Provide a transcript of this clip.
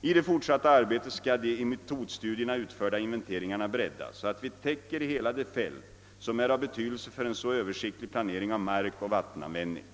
I det fortsatta arbetet skall de i metodstudierna utförda inventeringarna breddas, så att vi täcker hela det fält som är av betydelse för en översiktlig planering av mark och vattenanvändning.